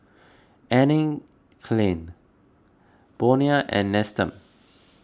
Anne Klein Bonia and Nestum